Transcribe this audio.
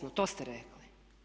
To ste rekli.